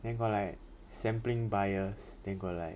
then got like sampling bias then got like